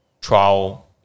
trial